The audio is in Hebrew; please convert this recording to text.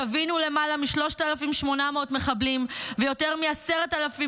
שבינו למעלה מ-3,800 מחבלים ויותר מ-10,000